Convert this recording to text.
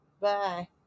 Bye